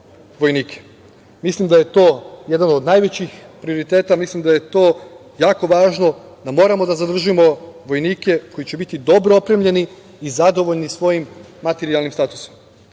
vojnike. Mislim da je to jedan od najvećih prioriteta. Mislim da je to jako važno, da moramo da zadržimo vojnike koji će biti dobro opremljeni i zadovoljni svojim materijalnim statusom